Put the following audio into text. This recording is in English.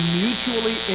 mutually